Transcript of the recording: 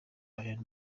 ayo